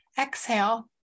exhale